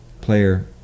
player